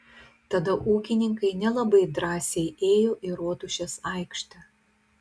tada ūkininkai nelabai drąsiai ėjo į rotušės aikštę